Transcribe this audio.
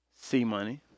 C-Money